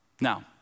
Now